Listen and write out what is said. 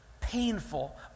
painful